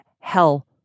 hell